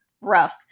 rough